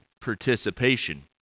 participation